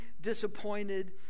disappointed